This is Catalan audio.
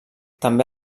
també